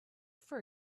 for